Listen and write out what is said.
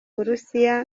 burusiya